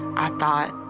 i thought,